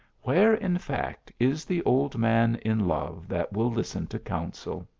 where, in fact, is the old man in love that will listen to counsel?